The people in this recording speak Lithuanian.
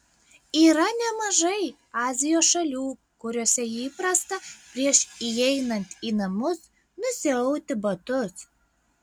yra nemažai azijos šalių kuriose įprasta prieš įeinant į namus nusiauti batus